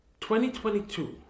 2022